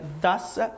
thus